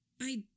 I